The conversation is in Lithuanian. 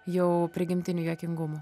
jau prigimtiniu juokingumu